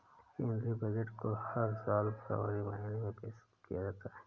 केंद्रीय बजट को हर साल फरवरी महीने में पेश किया जाता है